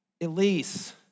Elise